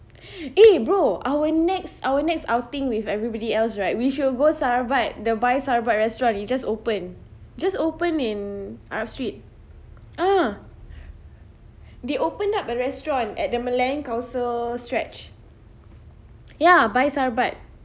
eh bro our next our next outing with everybody else right we should go sarbat the bhai sarbat restaurant it just opened just opened in arab street ah they open up a restaurant at the malayan council stretch ya bhai sarbat